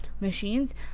machines